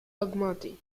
augmentée